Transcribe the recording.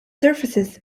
surfaces